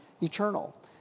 eternal